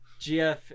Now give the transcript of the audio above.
GF